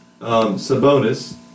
Sabonis